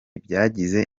byagize